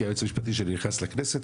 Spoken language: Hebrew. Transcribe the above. כי היועץ המשפטי שלי נכנס לכנסת,